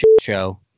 show